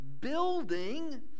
building